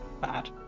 bad